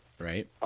Right